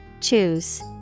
Choose